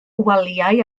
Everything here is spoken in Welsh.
waliau